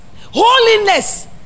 holiness